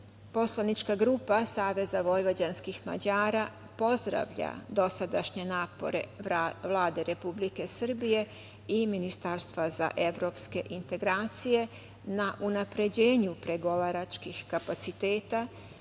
Poslanička grupa SVM pozdravlja dosadašnje napore Vlade Republike Srbije i Ministarstva za evropske integracije na unapređenju pregovaračkih kapaciteta,